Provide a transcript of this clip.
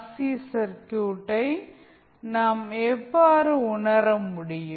C சர்க்யூட்டை நாம் எவ்வாறு உணர முடியும்